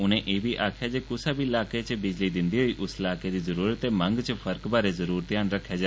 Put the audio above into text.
उनें एह् बी आक्खेआ जे कुसै बी लाह्कें च बिजली दिंदे होई उस इलाकें दी जरूरत ते मंग च फर्क बारै जरूर ध्यान रक्खेआ जा